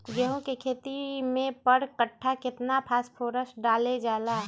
गेंहू के खेती में पर कट्ठा केतना फास्फोरस डाले जाला?